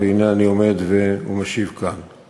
והנה אני עומד ומשיב כאן.